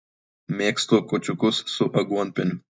mėgstu kūčiukus su aguonpieniu